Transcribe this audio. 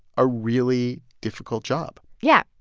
a really difficult job yeah.